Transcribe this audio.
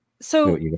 So-